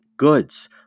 Goods